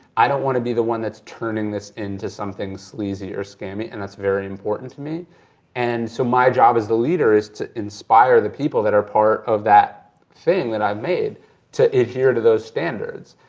i don't want to be the one that's turning this into something sleazy or scammy and that's very important to me and so my job as the leader is to inspire the people that are part of that thing that i've made to adhere to those standards.